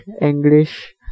English